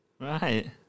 Right